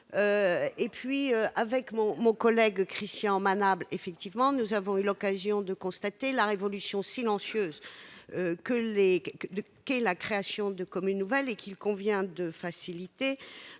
peu moins ... Mon collègue Christian Manable et moi-même avons eu l'occasion de constater la révolution silencieuse qu'est la création de communes nouvelles, qu'il convient de faciliter.